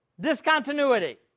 Discontinuity